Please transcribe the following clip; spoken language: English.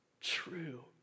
true